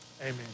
amen